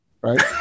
right